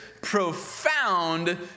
profound